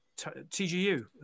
TGU